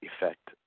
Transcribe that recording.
effect